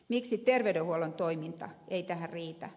miksi terveydenhuollon toiminta ei tähän riitä